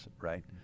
right